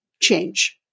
change